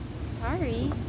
Sorry